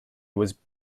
was